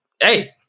Hey